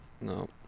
No